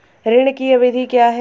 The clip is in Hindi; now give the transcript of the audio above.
ऋण की अवधि क्या है?